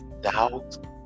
doubt